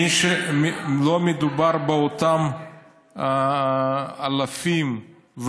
לא מדובר באותם אלפים,